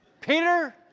Peter